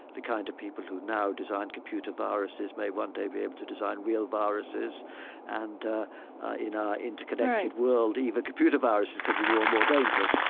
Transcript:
the kind of people who now design computer viruses may one day be able to design real viruses and in our interconnected even computer viruses can be more and more dangerous.